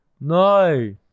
No